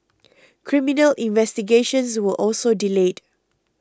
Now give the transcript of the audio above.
criminal investigations were also delayed